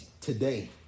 Today